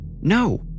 No